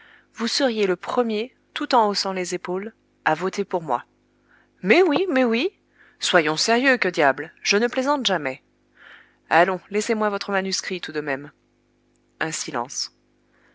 vous seriez le premier tout en haussant les épaules à voter pour moi mais oui mais oui soyons sérieux que diable je ne plaisante jamais allons laissez-moi votre manuscrit tout de même un silence